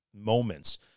moments